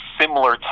similar